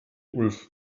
ulf